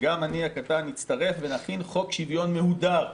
גם אני הקטן אצטרף ונכין חוק שוויון מהודר.